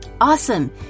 awesome